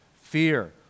fear